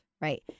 right